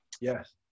yes